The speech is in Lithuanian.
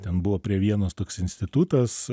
ten buvo prie vienos toks institutas